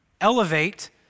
elevate